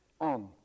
on